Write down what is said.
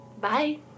Bye